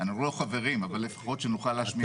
אנחנו לא חברים אבל לפחות שנוכל להשפיע.